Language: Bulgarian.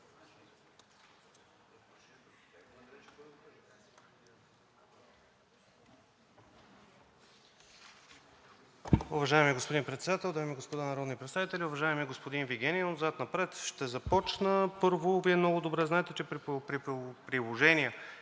Уважаеми господин Председател, дами и господа народни представители! Уважаеми господин Вигенин, отзад напред ще започна. Първо, Вие много добре знаете, че по приложения